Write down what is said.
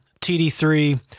TD3